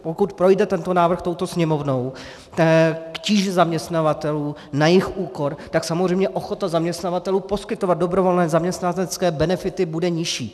Pokud projde tento návrh touto Sněmovnou k tíži zaměstnavatelů, na jejich úkor, tak samozřejmě ochota zaměstnavatelů poskytovat dobrovolné zaměstnanecké benefity bude nižší.